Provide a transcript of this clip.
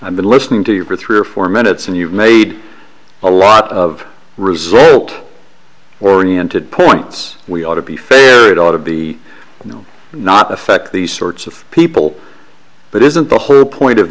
i've been listening to you for three or four minutes and you've made a lot of result oriented points we ought to be fair it ought to be and not affect these sorts of people but isn't the whole point of